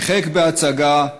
שיחק בהצגה,